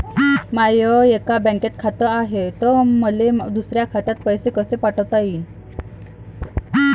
माय एका बँकेत खात हाय, त मले दुसऱ्या खात्यात पैसे कसे पाठवता येईन?